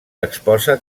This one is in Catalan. exposa